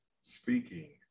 Speaking